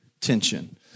tension